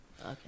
Okay